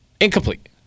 incomplete